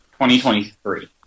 2023